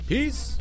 Peace